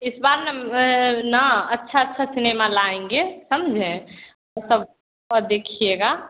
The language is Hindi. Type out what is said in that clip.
इस बार ना हम ना अच्छा अच्छा सिनेमा लाएँगे समझे तो सब और देखिएगा